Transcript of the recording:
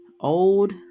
old